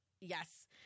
yes